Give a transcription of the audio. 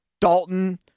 Dalton